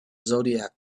zodiac